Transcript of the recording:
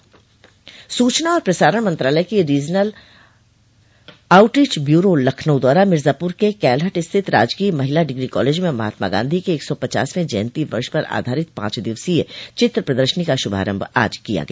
सूचना और प्रसारण मंत्रालय के रीजनल आउटरीच ब्यूरो लखनऊ द्वारा मिर्जापूर के कैलहट स्थित राजकीय महिला डिग्री कॉलेज में महात्मा गांधी के एक सौ पचासवें जयन्ती वर्ष पर आधारित पांच दिवसीय चित्र प्रदर्शनी का शुभारम्भ आज किया गया